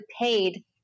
paid